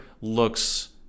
looks